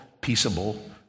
peaceable